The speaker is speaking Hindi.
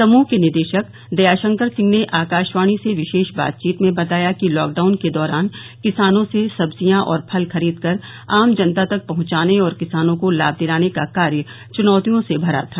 समूह के निदेशक दया शंकर सिंह ने आकाशवाणी से विशेष बातचीत में बताया कि लॉकडाउन के दौरान किसानों से सब्जियां और फल खरीदकर आम जनता तक पहंचाने और किसानों को लाभ दिलाने का कार्य चुनौतियों से भरा था